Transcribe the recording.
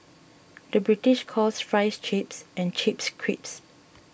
the British calls Fries Chips and Chips Crisps